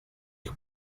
ich